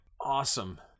Awesome